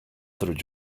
through